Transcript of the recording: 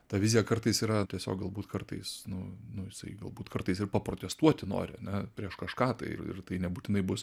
ta vizija kartais yra tiesiog galbūt kartais nu nu jisai galbūt kartais ir paprotestuoti nori ne prieš kažką tą ir ir tai nebūtinai bus